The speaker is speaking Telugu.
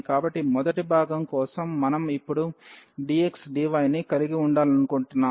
కాబట్టి ఈ మొదటి భాగం కోసం మనం ఇప్పుడు dx dy ని కలిగి ఉండాలనుకుంటున్నాము